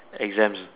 exams